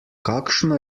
kakšno